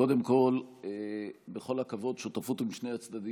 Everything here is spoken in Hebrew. קודם כול, בכל הכבוד, שותפות היא משני הצדדים,